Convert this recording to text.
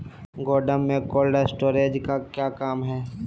गोडम में cold storage का क्या काम है?